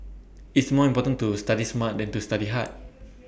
it's more important to study smart than to study hard